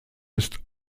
ist